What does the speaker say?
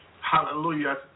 Hallelujah